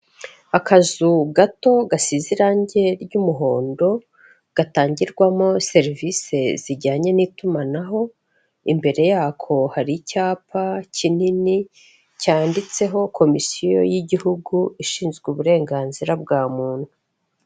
Akazu gato gasize irangi ry'umuhondo gatangirwamo serivisi zijyanye n'itumanaho, imbere yako hari icyapa kinini cyanditseho komisiyo y'igihugu ishinzwe uburenganzira bwa muntu.